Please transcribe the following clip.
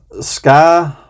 Sky